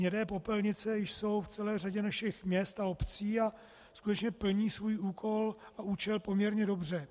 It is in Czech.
Hnědé popelnice jsou v celé řadě našich měst a obcí a skutečně plní svůj úkol a účel poměrně dobře.